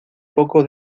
poco